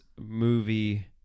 movie